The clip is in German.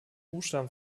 buchstaben